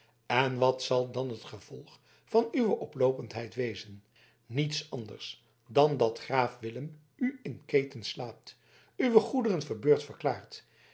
en wat zal dan het gevolg van uwe oploopendheid wezen niets anders dan dat graaf willem u in ketens slaat uwe goederen verbeurd verklaart